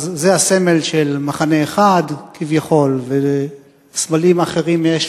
זה הסמל של מחנה אחד כביכול, וסמלים אחרים יש